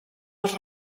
els